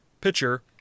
pitcher